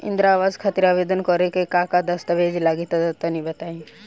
इंद्रा आवास खातिर आवेदन करेम का का दास्तावेज लगा तऽ तनि बता?